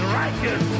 righteous